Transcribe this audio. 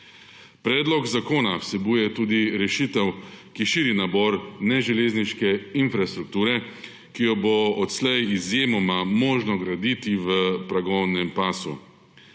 Predlog zakona vsebuje tudi rešitev, ki širi nabor neželezniške infrastrukture, ki jo bo odslej izjemoma možno graditi v progovnem pasu.